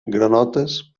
granotes